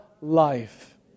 life